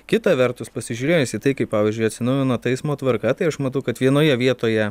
kita vertus pasižiūrėjus į tai kaip pavyzdžiui atsinaujino ta eismo tvarka tai aš matau kad vienoje vietoje